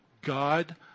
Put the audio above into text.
God